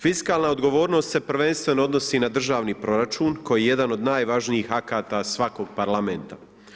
Fiskalna odgovornost se prvenstveno odnosi na državni proračun, koji je jedan od najvažnijih akata svakog parlamenta.